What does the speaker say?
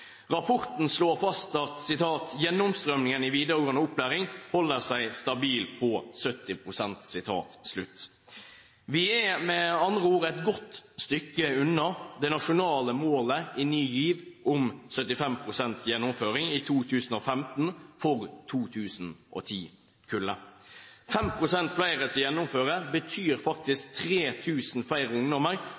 Rapporten slår fast: «Gjennomstrømningen i videregående opplæring holder seg stabil på 70 prosent.» Vi er med andre ord et godt stykke unna det nasjonale målet i Ny GIV om 75 pst. gjennomføring i 2015 for 2010-kullet. 5 pst. flere som gjennomfører, betyr 3 000 flere ungdommer